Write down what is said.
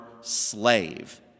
slave